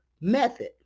method